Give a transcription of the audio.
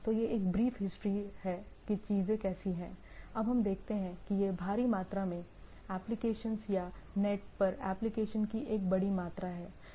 तो यह एक ब्रीफ हिस्ट्री है कि चीजें कैसी हैं अब हम देखते हैं कि यह भारी मात्रा में एप्लीकेशंस या नेट पर एप्लीकेशंस की एक बड़ी मात्रा है